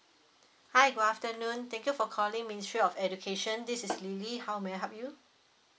hi good afternoon thank you for calling ministry of education this is L I L Y how may I help you